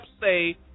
say